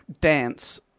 dance